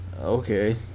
Okay